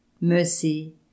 mercy